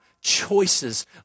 choices